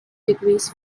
degrees